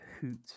hoot